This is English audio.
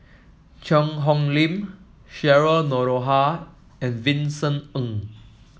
Cheang Hong Lim Cheryl Noronha and Vincent Ng